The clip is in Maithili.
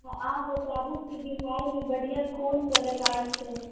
अहाँ बताबु की बिहारमे बढ़िआँ कोन कलाकार छै